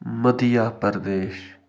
Madhya Pradesh